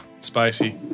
spicy